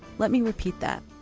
let me repeat that.